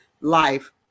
life